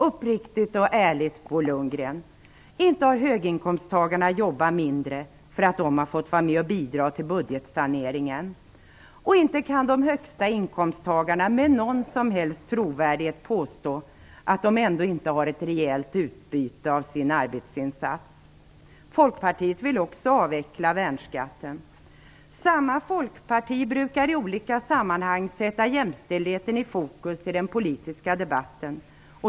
Uppriktigt och ärligt, Bo Lundgren: Inte har höginkomsttagarna jobbat mindre för att ha fått vara med och bidra till budgetsaneringen, och inte kan de högsta inkomsttagarna med någon som helst trovärdighet påstå att de ändå inte har ett rejält utbyte av sin arbetsinsats. Folkpartiet vill också avveckla värnskatten. Samma folkparti brukar i olika sammanhang sätta jämställdheten i fokus i den politiska debatten.